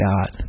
God